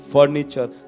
Furniture